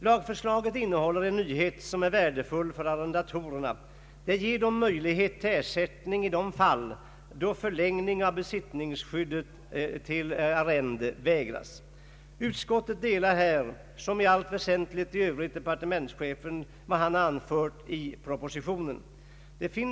Lagförslaget innehåller en nyhet, som är värdefull för arrendatorerna. Den ger dem möjlighet till ersättning i de fall då förlängning av besittningsskyddat arrende vägras. Utskottet delar här, som i allt väsentligt i övrigt, de synpunkter som departementschefen har anfört i propositionen.